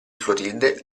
clotilde